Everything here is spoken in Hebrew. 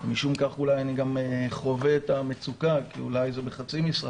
משום כך אני גם חווה את המצוקה כי אולי זה בחצי משרה